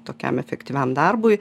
tokiam efektyviam darbui